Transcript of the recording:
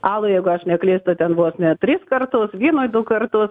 alui jeigu aš neklystu ten vos ne tris kartus vynui du kartus